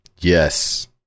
Yes